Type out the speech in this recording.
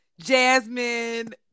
jasmine